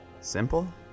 Simple